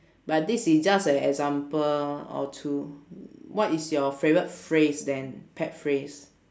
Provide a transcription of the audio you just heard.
but this is just a example or to what is your favorite phrase then pet phrase